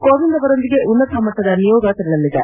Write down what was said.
ಕೋವಿಂದ್ ಅವರೊಂದಿಗೆ ಉನ್ನತ ಮಟ್ಟದ ನಿಯೋಗ ತೆರಳಲಿದೆ